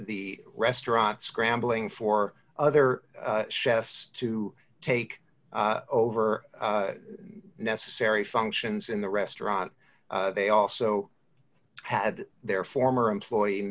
the restaurant scrambling for other chefs to take over necessary functions in the restaurant they also had their former employee